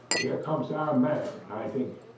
here comes our man, i think.